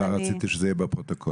תודה רבה, רציתי שזה יהיה בפרוטוקול.